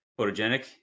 photogenic